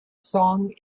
song